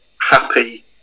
happy